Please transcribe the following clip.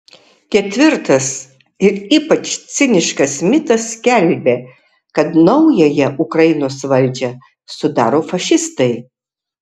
ketvirtas ir ypač ciniškas mitas skelbia kad naująją ukrainos valdžią sudaro fašistai